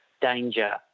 danger